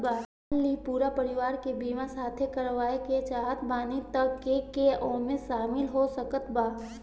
मान ली पूरा परिवार के बीमाँ साथे करवाए के चाहत बानी त के के ओमे शामिल हो सकत बा?